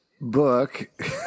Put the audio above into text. book